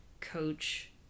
Coach